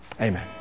Amen